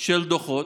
של דוחות,